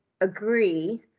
agree